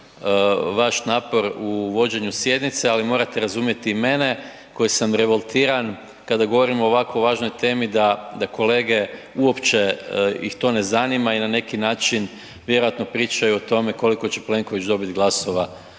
vaš napor u vođenju sjednice, ali morate razumjeti i mene koji sam revoltiran kada govorim o ovako važnoj temi da kolege uopće ih to ne zanima i na neki način vjerojatno pričaju o tome koliko će Plenković dobit glasova